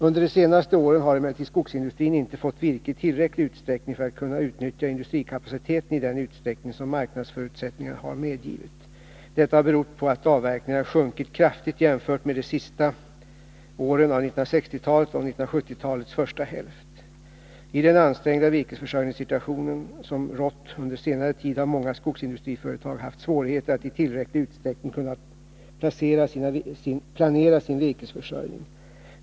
Under de senaste åren har emellertid skogsindustrin inte fått virke i tillräcklig utsträckning för att kunna utnyttja industrikapaciteten i den omfattning som marknadsförutsättningarna har medgivit. Detta har berott på att avverkningarna sjunkit kraftigt jämfört med de sista åren av 1960-talet och 1970-talets första hälft. I den ansträngda virkesförsörjningssituation som rått under senare tid har många skogsindustriföretag haft svårigheter att i tillräcklig utsträckning kunna planera sin virkesförsörjning.